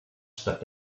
statt